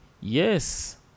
Yes